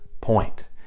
point